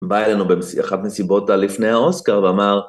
בא אלינו באחת המסיבות לפני האוסקר ואמר